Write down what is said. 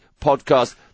Podcast